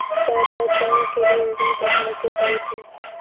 चाय पैक करने के लिए विभिन्न प्रकार के पाउच हैं